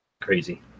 Crazy